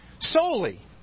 solely